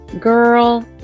Girl